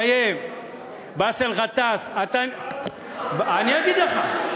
באסל גטאס, אני אגיד לך.